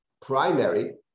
primary